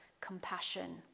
compassion